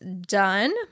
done